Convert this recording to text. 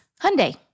Hyundai